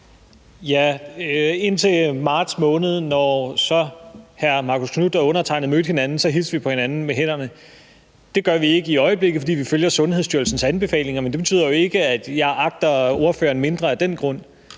Indtil marts måned hilste hr. Marcus Knuth og mig på hinanden med hånden, når vi mødte hinanden. Det gør vi ikke i øjeblikket, fordi vi følger Sundhedsstyrelsens anbefalinger, men det betyder jo ikke, at jeg agter ordføreren mindre af den grund.